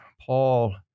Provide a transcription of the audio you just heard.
Paul